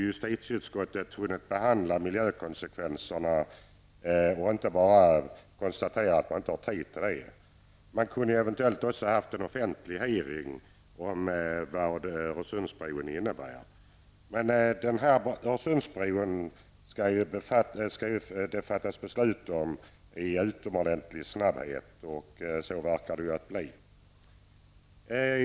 Justitieutskottet kunde då ha behandlat miljökonsekvenserna i stället för att bara konstatera att man inte har tid med det. Man kunde eventuellt också haft en offentlig hearing om vad en Öresundsbro skulle innebära. Det skall fattas beslut om Öresundsbron med utomordentlig snabbhet, och så verkar det bli.